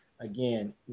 again